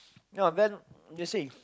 no then you see